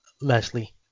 Leslie